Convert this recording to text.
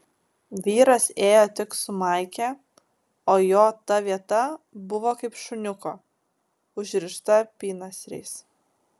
vyras ėjo tik su maike o jo ta vieta buvo kaip šuniuko užrišta apynasriais